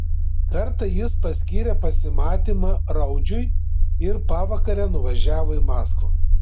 kartą jis paskyrė pasimatymą raudžiui ir pavakare nuvažiavo į maskvą